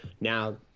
now